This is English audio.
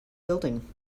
building